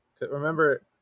remember